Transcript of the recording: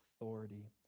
authority